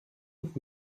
und